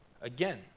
again